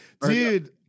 dude